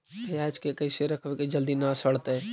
पयाज के कैसे रखबै कि जल्दी न सड़तै?